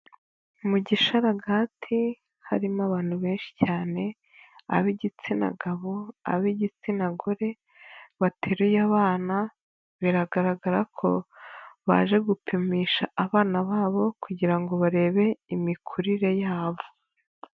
Mu gishararaga harimo abantu benshi cyane, ab'igitsina gabo, ab'igitsina gore, bateruye abana, biragaragara ko baje gupimisha abana babo kugira ngo barebe imikurire yabo.